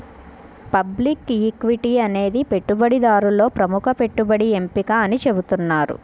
public equity అనేది పెట్టుబడిదారులలో ప్రముఖ పెట్టుబడి ఎంపిక అని చెబుతున్నారు